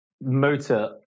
motor